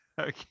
okay